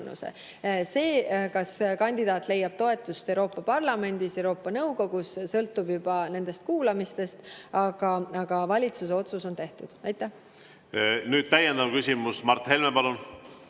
See, kas kandidaat leiab toetust Euroopa Parlamendis, Euroopa Nõukogus, sõltub juba kuulamistest. Aga valitsuse otsus on tehtud. Täiendav küsimus, Mart Helme, palun!